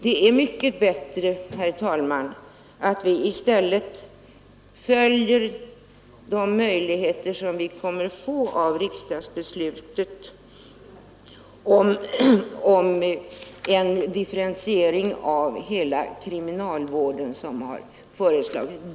Det är mycket bättre, herr talman, att vi i stället följer utvecklingen av den differentiering av hela kriminalvården som har föreslagits.